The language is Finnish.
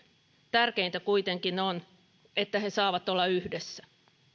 tärkeintä kuitenkin on että he saavat olla yhdessä